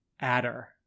Adder